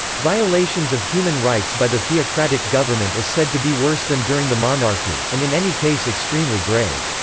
violations of human rights by the theocratic government is said to be worse than during the monarchy, and in any case extremely grave.